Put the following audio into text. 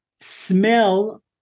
smell